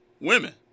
women